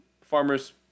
farmers